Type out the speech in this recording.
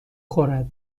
خورد